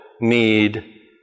need